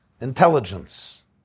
intelligence